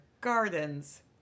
gardens